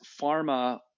pharma